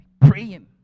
Praying